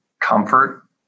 comfort